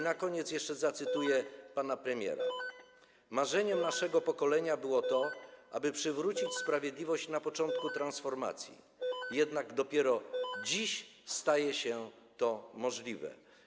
Na koniec jeszcze zacytuję pana premiera: Marzeniem naszego pokolenia było to, aby przywrócić sprawiedliwość na początku transformacji, jednak dopiero dziś staje się to możliwe.